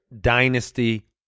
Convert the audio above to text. dynasty